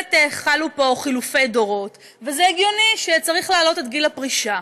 באמת חלו פה חילופי דורות וזה הגיוני שצריך להעלות את גיל הפרישה.